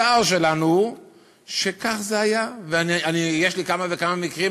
הצער שלנו הוא שכך זה היה, ויש לי כמה וכמה מקרים.